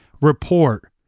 report